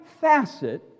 facet